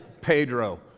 Pedro